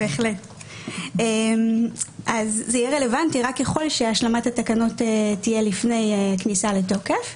זה יהיה רלוונטי רק ככל שהשלמת התקנות תהיה לפני הכניסה לתוקף.